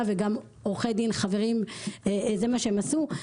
וגם עורכי דין חברים זה מה שהם עשו.